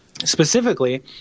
Specifically